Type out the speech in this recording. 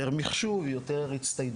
יותר מחשוב, יותר הצטיידות.